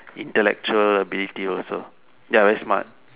intellectual ability also ya very smart